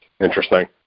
Interesting